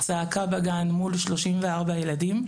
צעקה בגן מול 34 ילדים.